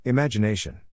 Imagination